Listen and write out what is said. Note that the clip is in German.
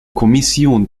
kommission